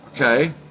okay